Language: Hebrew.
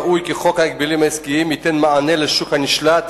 ראוי כי חוק ההגבלים העסקיים ייתן מענה לשוק הנשלט